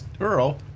earl